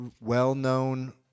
well-known